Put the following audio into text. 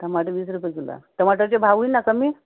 टमाटर वीस रुपये किलो आहे टमाटरचे भाव होईल ना कमी